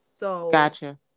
Gotcha